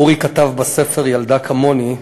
אורי כתב בספר "ילדה כמוני":